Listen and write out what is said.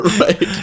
Right